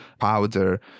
powder